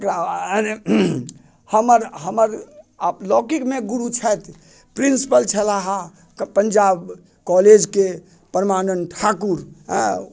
आ तेकरा बाद हमर हमर लौकिकमे गुरु छथि प्रिन्सिपल छलाह हँ पञ्जाब कॉलेजके परमानंद ठाकुर अँ